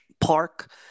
park